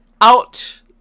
out